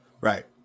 Right